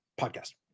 podcast